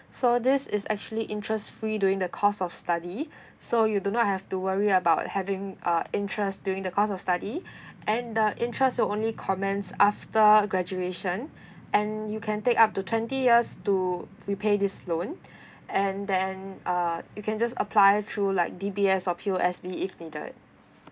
so this is actually interest free during the course of study so you do not have to worry about having uh interest during the course of study and the interest will only commence after graduation and you can take up to twenty years to repay this loan and then uh you can just apply through like D_B_S or P_O_S_B if needed